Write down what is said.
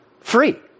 Free